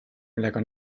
millega